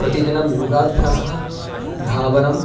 प्रतिदिनं योगाभ्यासः धावनम्